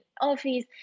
office